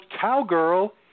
Cowgirl